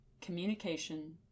communication